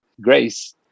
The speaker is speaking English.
Grace